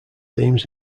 themes